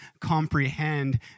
comprehend